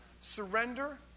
Surrender